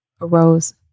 arose